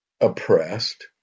oppressed